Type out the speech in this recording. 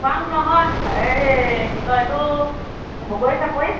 খোৱাং নহয় এই কি কয় এইটো বগৰী চাপৰি